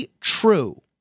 true